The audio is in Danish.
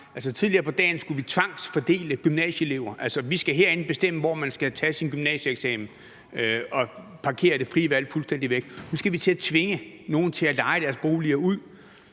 Tidligere på dagen skulle vi tvangsfordele gymnasieelever, og nu skal vi herinde bestemme, hvor man skal tage sin gymnasieeksamen, og pakker altså det frie valg fuldstændig væk – nu skal vi til at tvinge nogle til at leje deres boliger ud.